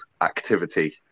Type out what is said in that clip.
activity